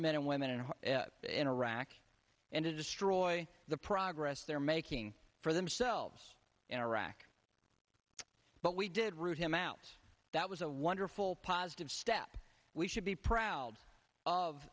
men and women and in irak and to destroy the progress they're making for themselves in iraq but we did root him out that was a wonderful positive step we should be proud of